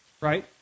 right